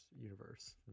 universe